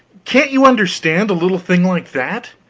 can't you understand a little thing like that?